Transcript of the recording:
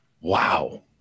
Wow